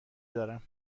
دارم